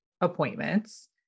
appointments